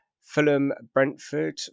Fulham-Brentford